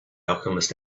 alchemist